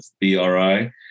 BRI